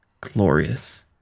Glorious